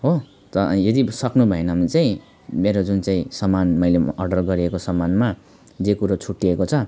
हो त यदि सक्नुभएन भने चाहिँ मेरो जुन चाहिँ समान मैले अर्डर गरेको समानमा जे कुरो छुट्टिएको छ